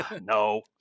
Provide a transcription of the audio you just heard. No